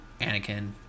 Anakin